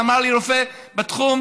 ואמר לי רופא בתחום,